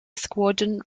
squadron